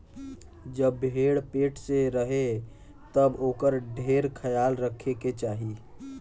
जब भेड़ पेट से रहे तब ओकर ढेर ख्याल रखे के चाही